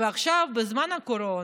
עכשיו, בזמן הקורונה,